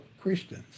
Christians